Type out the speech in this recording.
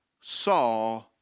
saw